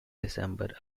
december